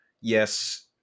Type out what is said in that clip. yes